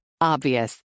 obvious